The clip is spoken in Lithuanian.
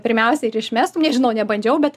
pirmiausia ir išmestų nežinau nebandžiau bet